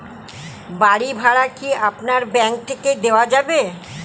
বাড়ী ভাড়া কি আপনার ব্যাঙ্ক থেকে দেওয়া যাবে?